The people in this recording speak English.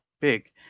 big